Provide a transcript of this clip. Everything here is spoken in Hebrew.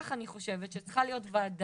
כך אני חושבת שצריכה להיות ועדה